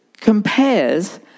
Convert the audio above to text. compares